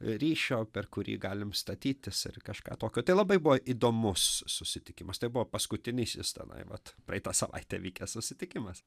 ryšio per kurį galim statytis ir kažką tokio tai labai buvo įdomus susitikimas tai buvo paskutinysis tenai vat praeitą savaitę vykęs susitikimas